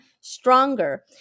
stronger